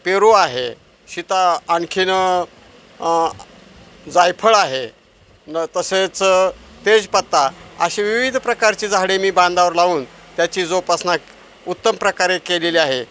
पेरू आहे शीता आणखीन जायफळ आहे न तसेच तेजपत्ता असे विविध प्रकारची झाडे मी बांधावर लावून त्याची जोपासना उत्तम प्रकारे केलेली आहे